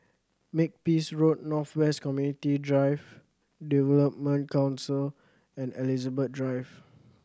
Makepeace Road North West Community Drive Development Council and Elizabeth Drive